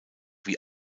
wie